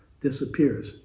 disappears